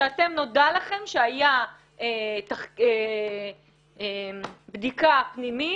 שנודע לכם שהייתה בדיקה פנימית